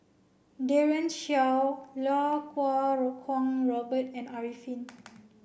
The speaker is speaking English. Daren Shiau Iau Kuo Kwong Robert and Arifin